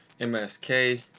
MSK